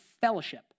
fellowship